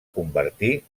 convertir